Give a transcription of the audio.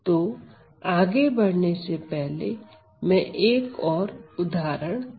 तो आगे बढ़ने से पहले मैं एक और उदाहरण करूंगा